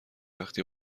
وقتی